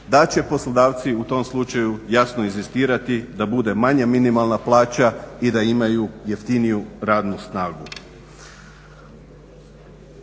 da će poslodavci u tom slučaju jasno inzistirati da bude manja minimalna plaća i da imaju jeftiniju radnu snagu.